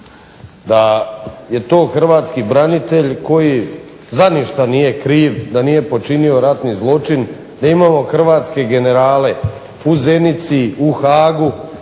da je to hrvatski branitelj koji za ništa nije kriv da nije počinio ratni zločin, da imamo hrvatske generale u Zenici, u Haagu